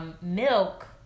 milk